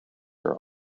are